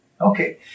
Okay